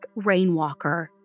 Rainwalker